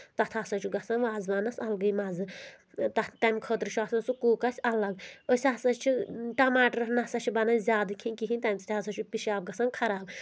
تَتھ ہسا چھُ گژھان وازوانَس الگٕے مَزٕ تَتھ تَمہِ خٲطرٕ چھُ آسان سُہ کُک اسہِ الگ أسۍ ہسا چھِ ٹماٹر نَسا چھِ بَنان زیادٕ کھیٚنۍ کِہیٖنۍ تَمہِ سۭتۍ ہسا چھُ پِشاب گژھان خراب